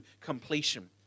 completion